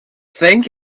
think